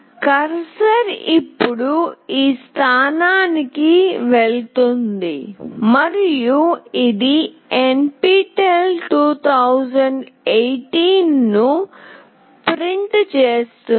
cursor ఇప్పుడు ఈ స్థానానికి వెళుతుంది మరియు ఇది NPTEL 2018 ను ప్రింట్ చేస్తుంది